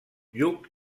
lluc